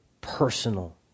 personal